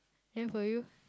then for you